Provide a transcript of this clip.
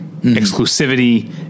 exclusivity